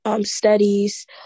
studies